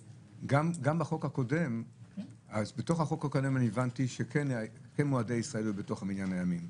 בחוק הקודם הבנתי שכן מועדי ישראל בתוך מניין הימים.